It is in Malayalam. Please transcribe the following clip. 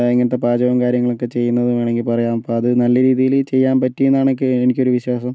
ഇങ്ങനത്തെ പാചകവും കാര്യങ്ങളൊക്കെ ചെയ്യുന്നത് എന്ന് വേണമെങ്കിൽ പറയാം അപ്പം അത് നല്ല രീതിയിൽ ചെയ്യാൻ പറ്റിയെന്നാണ് നക്ക് എനിക്ക് ഒരു വിശ്വാസം